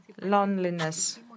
loneliness